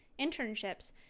internships